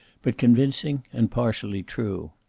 but convincing and partially true.